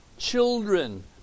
Children